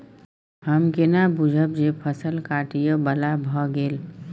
हम केना बुझब जे फसल काटय बला भ गेल?